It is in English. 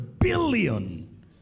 billion